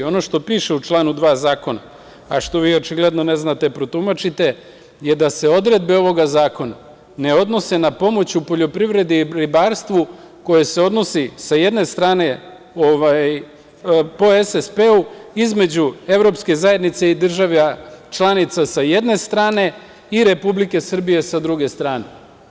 Ono što piše u članu 2. zakona, a što vi očigledno ne znate da protumačite je da se odredbe ovoga zakona ne odnose na pomoć u poljoprivredi i ribarstvu koje se odnosi po SSP-u između Evropske zajednice i država članica, sa jedne strane, i Republike Srbije sa druge strane.